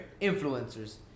Influencers